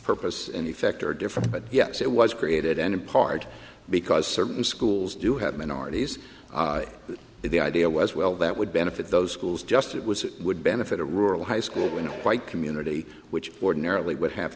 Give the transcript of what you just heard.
purpose and effect are different but yes it was created and in part because certain schools do have minorities the idea was well that would benefit those schools just it was it would benefit a rural high school in a white community which ordinarily would have